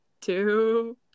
two